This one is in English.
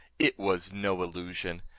it was no illusion.